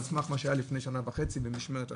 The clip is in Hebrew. סמך מה שהיה לפני שנה וחצי במשמרת אחרת.